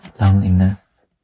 loneliness